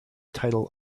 title